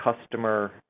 customer